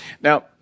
Now